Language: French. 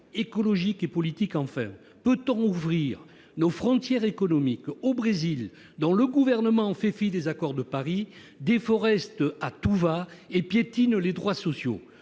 écologique et politique. Peut-on ouvrir nos frontières économiques au Brésil, dont le gouvernement fait fi des accords de Paris, déforeste à tout-va et piétine les droits sociaux ?